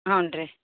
ಹ್ಞೂಂ ರೀ